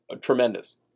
tremendous